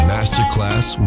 Masterclass